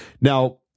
Now